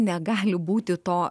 negali būti to